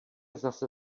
zase